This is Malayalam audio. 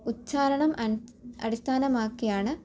ഉച്ഛാരണം അടിസ്ഥാനമാക്കിയാണ്